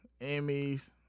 Emmys